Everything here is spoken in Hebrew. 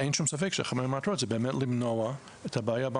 אין שום ספק שאחת המטרות זה באמת למנוע את הבעיה.